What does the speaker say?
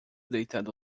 deitado